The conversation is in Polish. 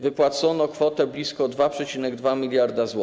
Wypłacono kwotę blisko 2,2 mld zł.